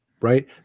right